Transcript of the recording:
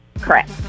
correct